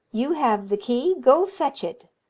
you have the key go, fetch it